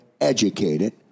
educated